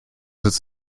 its